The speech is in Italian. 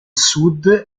sud